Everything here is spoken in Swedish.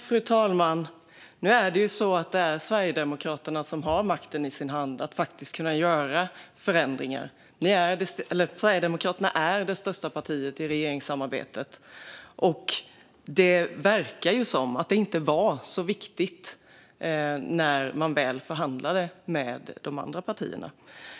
Fru talman! Nu är det ju Sverigedemokraterna som har makten i sin hand och faktiskt kan göra förändringar. Sverigedemokraterna är det största partiet i regeringssamarbetet, och det verkar som att detta inte var så viktigt när man väl förhandlade med de andra partierna.